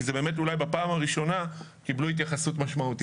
כי זה אולי בפעם הראשונה קיבלו התייחסות משמעותית.